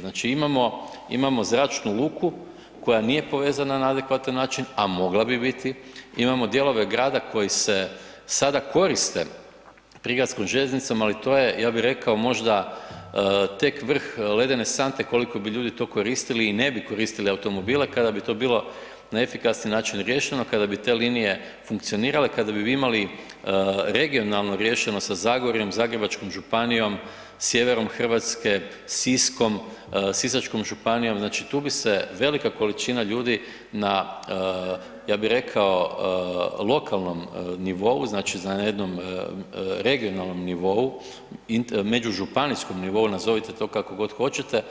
Znači imamo zračnu liku koja nije povezana na adekvatan način a mogla bi biti, imamo dijelove grada koji se sada koriste prigradskom željeznicom ali to je ja bi rekao, možda tek vrh ledene sante koliko bi ljudi to koristili i ne bi koristili automobile kada bi to bilo na efikasniji način riješeno, kada bi te linije funkcionirale, kada bi vi imali regionalno riješeno sa Zagorjem, Zagrebačkom županijom, sjeverom Hrvatske, Siskom, sisačkom županijom, znači tu bi se velika količina ljudi na ja bi rekao, lokalnom nivou, znači na jednom regionalnom nivou, međužupanijskom nivou, nazovite to kako god hoćete,